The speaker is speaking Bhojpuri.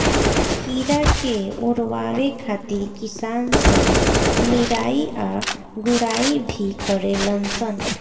कीड़ा के ओरवावे खातिर किसान सब निराई आ गुड़ाई भी करलन सन